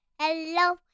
hello